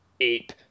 ape